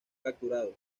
capturado